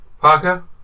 Parker